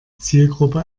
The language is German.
zielgruppe